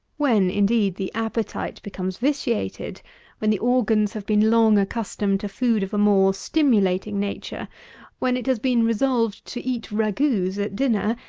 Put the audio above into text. when, indeed, the appetite becomes vitiated when the organs have been long accustomed to food of a more stimulating nature when it has been resolved to eat ragouts at dinner,